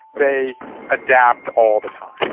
they adapt all the time.